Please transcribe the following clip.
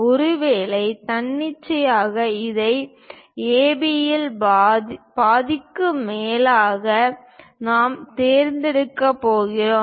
ஒருவேளை தன்னிச்சையாக இதை ஏபியின் பாதிக்கும் மேலானதாக நாம் தேர்ந்தெடுக்கப் போகிறோம்